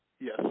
Yes